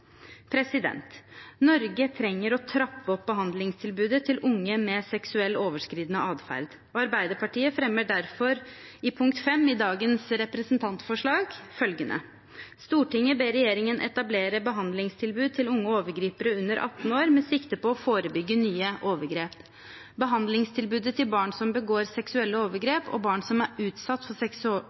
aldersgruppen. Norge trenger å trappe opp behandlingstilbudet til unge med seksuelt overskridende adferd. Arbeiderpartiet fremmer derfor i punkt 5 i dagens representantforslag følgende: «Stortinget ber regjeringen etablere behandlingstilbud til unge overgripere under 18 år, med sikte på å forebygge nye overgrep. Behandlingstilbudet til barn som begår seksuelle overgrep, skal ikke være samlokalisert med behandlingstilbudet til barn som er utsatt for